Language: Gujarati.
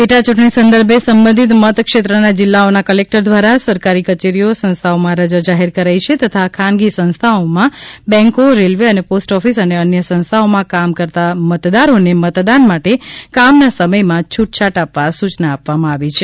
પેટાચૂંટણી સંદર્ભે સંબંધિત મતક્ષેત્રના જિલ્લાઓનાં ક્લેક્ટર દ્વારા સરકારી કચેરીઓ સંસ્થાઓમાં રજા જાહેર કરાઈ છે તથા ખાનગી સંસ્થાઓમાં બેન્કો રેલવે અને પોસ્ટઓફિસ અને અન્ય સંસ્થાઓમાં કામ કરતાં મતદારોને મતદાન માટે કામના સમયમાં છૂટછાટ આપવા સૂચના આપવામાં આવી છે